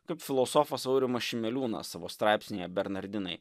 kaip filosofas aurimas šimeliūnas savo straipsnyje bernardinai